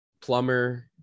plumber